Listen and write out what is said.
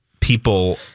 people